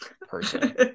person